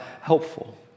helpful